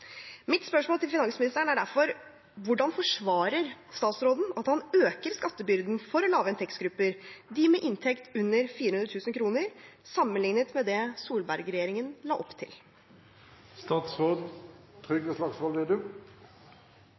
Mitt spørsmål til finansministeren er derfor: Hvordan forsvarer statsråden at han øker skattebyrden for lavinntektsgrupper, for dem med inntekt under 400 000 kr, sammenlignet med det Solberg-regjeringen la opp til?